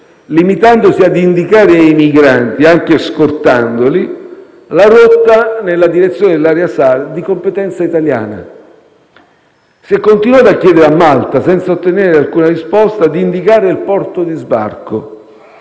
limitandosi a indicare ai migranti, anche scortandoli, la rotta nella direzione dell'area SAR di competenza italiana. Si è continuato a chiedere a Malta, senza ottenere alcuna risposta, di indicare il porto di sbarco.